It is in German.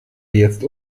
jetzt